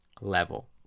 level